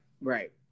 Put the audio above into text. right